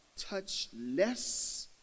touchless